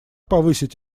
повысить